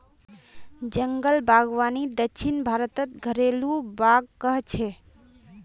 जंगल बागवानीक दक्षिण भारतत घरेलु बाग़ कह छे